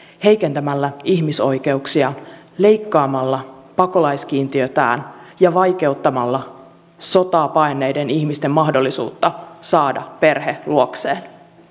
heikentämällä ihmisoikeuksia leikkaamalla pakolaiskiintiötään ja vaikeuttamalla sotaa paenneiden ihmisten mahdollisuutta saada perhe luokseen